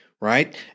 right